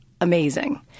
amazing